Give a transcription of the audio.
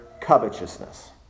covetousness